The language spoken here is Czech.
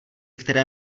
které